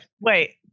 Wait